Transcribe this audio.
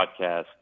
podcast